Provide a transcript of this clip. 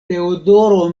teodoro